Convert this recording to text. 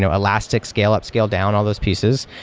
and elastic scale up, scale down, all those pieces.